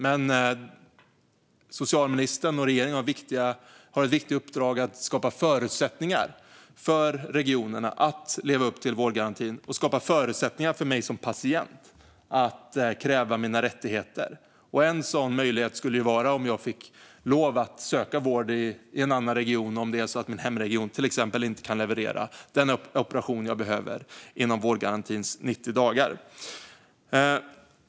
Men socialministern och regeringen har ett viktigt uppdrag: att skapa förutsättningar för regionerna att leva upp till vårdgarantin och skapa förutsättningar för mig som patient att kräva mina rättigheter. En sådan möjlighet skulle vara att få lov att söka vård i en annan region, till exempel om min hemregion inte kan leverera den operation jag behöver inom vårdgarantins 90 dagar.